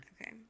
Okay